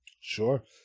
Sure